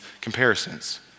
comparisons